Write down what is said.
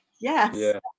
Yes